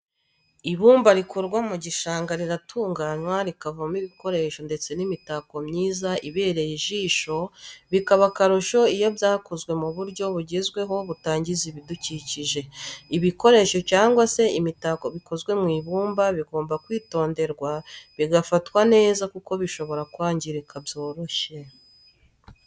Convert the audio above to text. Ibumba rikurwa mu gishanga riratunganywa rikavamo ibikoresho ndetse n'imitako myiza ibereye ijisho bikaba akarusho iyo byakozwe mu buryo bugezweho butangiza ibidukikije. ibikoresho cyangwa se imitako bikozwe mu ibumba bigomba kwitonderwa bigafatwa neza kuko bishobora kwangirika byoroshye.